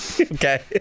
Okay